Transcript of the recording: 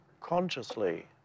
consciously